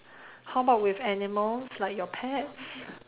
how about with animals like your pet